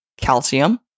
calcium